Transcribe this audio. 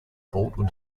baldwin